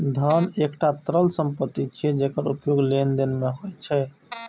धन एकटा तरल संपत्ति छियै, जेकर उपयोग लेनदेन मे होइ छै